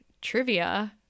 trivia